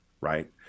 right